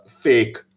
fake